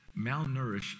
Malnourished